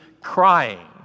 crying